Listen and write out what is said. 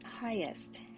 highest